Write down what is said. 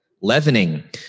Leavening